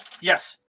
Yes